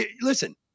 listen